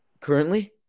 Currently